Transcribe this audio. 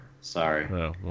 Sorry